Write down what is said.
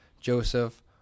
Joseph